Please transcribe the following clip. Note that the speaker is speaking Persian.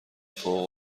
فوق